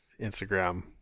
Instagram